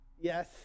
Yes